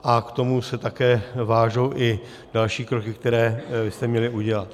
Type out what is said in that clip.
A k tomu se také váží i další kroky, které jste měli udělat.